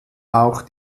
auch